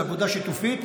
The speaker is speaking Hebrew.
זו אגודה שיתופית.